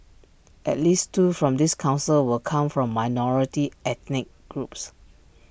at least two from this Council will come from minority ethnic groups